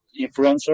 influencer